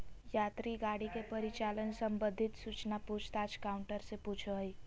यात्री गाड़ी के परिचालन संबंधित सूचना पूछ ताछ काउंटर से पूछो हइ